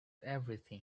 everything